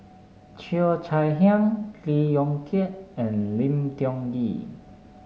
Cheo Chai Hiang Lee Yong Kiat and Lim Tiong Ghee